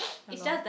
ya lor